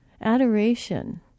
adoration